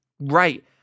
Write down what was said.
Right